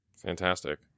Fantastic